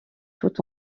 tout